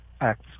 acts